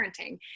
parenting